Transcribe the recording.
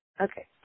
Okay